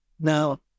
now